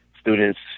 students